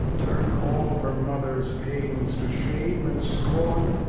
turn all her mother's pains to shame and scorn,